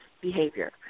behavior